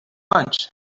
lunch